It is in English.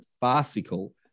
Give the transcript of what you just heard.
farcical